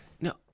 No